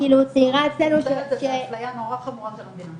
אני חושבת שזו אפליה נורא חמורה של המדינה.